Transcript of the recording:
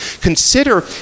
consider